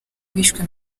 bishwe